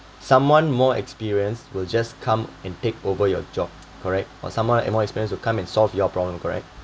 someone more experienced will just come and take over your job correct or someone and more experienced will come and solve your problem correct